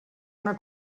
una